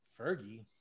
Fergie